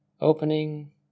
opening